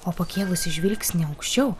o pakėlusi žvilgsnį aukščiau